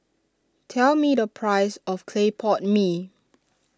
tell me the price of Clay Pot Mee